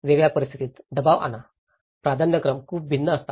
वेगळ्या परिस्थितीत दबाव आणा प्राधान्यक्रम खूप भिन्न असतात